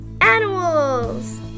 animals